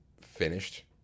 finished